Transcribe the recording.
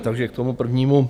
Takže k tomu prvnímu.